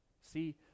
See